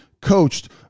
coached